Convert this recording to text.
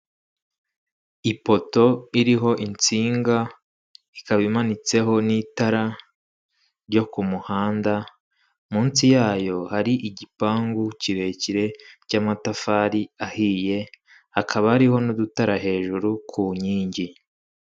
Ipoto iriho insinga ikaba imanitseho n'itara ryo ku muhanda, munsi yayo hari igipangu kirekire cy'amatafari ahiye hakaba hariho n'udutara hejuru ku nkingi.